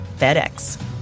FedEx